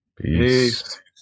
Peace